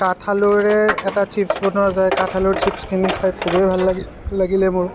কাঠ আলুৰে এটা চিপছ বনোৱা যায় কাঠ আলুৰ চিপছখিনি খাই খুবেই ভাল লাগিলে মোৰ